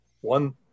One